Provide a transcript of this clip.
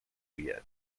yet